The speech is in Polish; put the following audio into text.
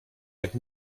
jak